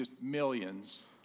millions